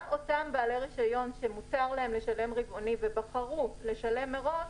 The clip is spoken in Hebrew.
גם אותם בעלי רישיון שמותר להם לשלם רבעונית ובחרו לשלם מראש,